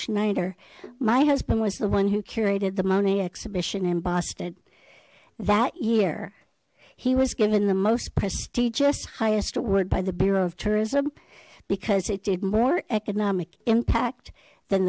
schneider my husband was the one who curated the monet exhibition in boston that year he was given the most prestigious highest award by the bureau of tourism because it did more economic impact than